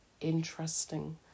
interesting